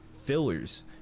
fillers